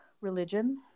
religion